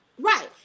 Right